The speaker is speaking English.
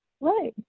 Right